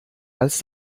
als